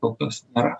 kol kas nėra